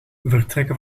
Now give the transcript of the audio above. vertrekken